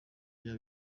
rya